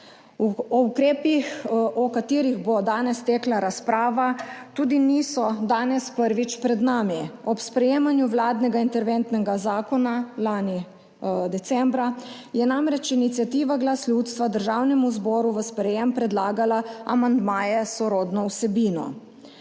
Ukrepi, o katerih bo danes tekla razprava, tudi niso danes prvič pred nami. Ob sprejemanju vladnega interventnega zakona lani decembra je namreč iniciativa Glas ljudstva Državnemu zboru v sprejetje predlagala amandmaje s sorodno vsebino.